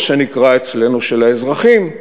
מה שנקרא אצלנו של האזרחים,